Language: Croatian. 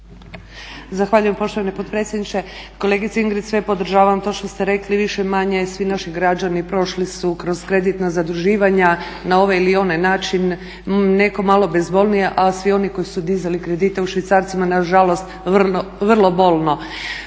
Zahvaljujem poštovani potpredsjedniče. Kolegice Ingrid sve podržavam to što ste rekli, više-manje svi naši građani prošli su kroz kreditna zaduživanja na ovaj ili onaj način, netko malo bezbolnije, a svi oni koji su dizali kredite u švicarcima nažalost vrlo bolno.